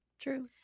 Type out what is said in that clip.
True